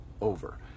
over